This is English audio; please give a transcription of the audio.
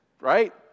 right